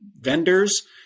vendors